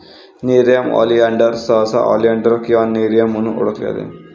nerium oleander सहसा oleander किंवा nerium म्हणून ओळखले जाते